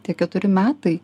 tie keturi metai